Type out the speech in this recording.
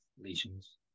lesions